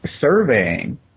surveying